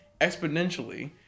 exponentially